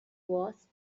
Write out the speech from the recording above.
was